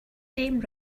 name